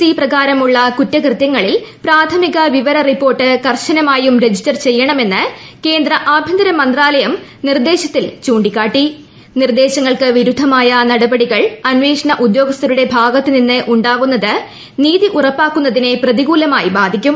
C പ്രകാരമുള്ള കുറ്റകൃതൃങ്ങളിൽ പ്രാഥമിക വിവര റിപ്പോർട്ട് കർശനമായും രജിസ്റ്റർ ചെയ്യണമെന്ന് കേന്ദ്ര ആഭ്യന്തരമന്ത്രാലയം നിർദ്ദേശത്തിൽ ചൂണ്ടിക്കാട്ടി നിർദ്ദേശങ്ങൾക്ക് വിരുദ്ധമായ നടപടികൾ അന്വേഷണ ഉദ്യോഗസ്ഥരുടെ ഭാഗത്തുനിന്ന് ഉണ്ടാകുന്നത് നീതി ഉറപ്പാക്കുന്നതിനെ പ്രതികൂലമായി ബാധിക്കും